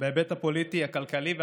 בהיבט הפוליטי, הכלכלי והחברתי,